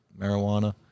marijuana